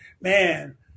man